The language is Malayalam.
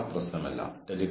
അച്ചടക്ക നടപടിയുടെ മാതൃക